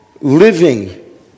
living